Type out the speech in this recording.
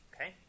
Okay